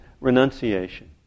renunciation